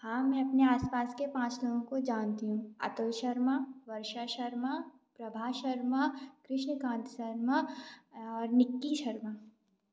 हाँ मैं अपने आसपास के पाँच लोगों को जानती हूँ अतुल शर्मा वर्षा शर्मा प्रभा शर्मा कृष्णकांत शर्मा और निक्की शर्मा